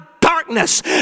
darkness